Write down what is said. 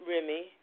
Remy